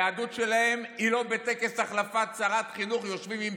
היהדות שלהם היא לא שבטקס החלפת שרת חינוך יושבים עם